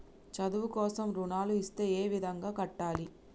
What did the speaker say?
చదువు కోసం రుణాలు ఇస్తే ఏ విధంగా కట్టాలి?